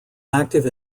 active